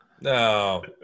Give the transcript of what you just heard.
No